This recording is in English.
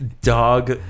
dog